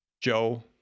Joe